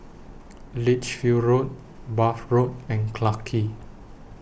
Lichfield Road Bath Road and Clarke Quay